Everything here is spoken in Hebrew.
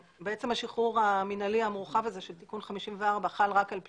השחרור המינהלי המורחב של תיקון 54 חל רק על פליליים.